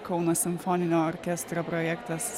kauno simfoninio orkestro projektas